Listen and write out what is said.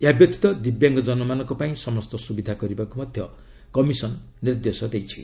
ଏହା ବ୍ୟତୀତ ଦିବ୍ୟାଙ୍ଗଜନମାନଙ୍କ ପାଇଁ ସମସ୍ତ ସୁବିଧା କରିବାକୁ ମଧ୍ୟ କମିଶନ ନିର୍ଦ୍ଦେଶ ଦେଇଛି